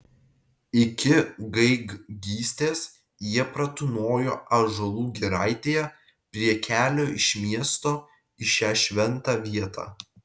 iki gaidgystės jie pratūnojo ąžuolų giraitėje prie kelio iš miesto į šią šventą vietą